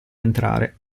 entrare